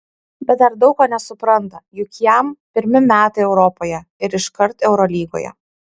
bet dar daug ko nesupranta juk jam pirmi metai europoje ir iškart eurolygoje